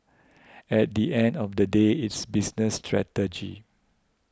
at the end of the day it's business strategy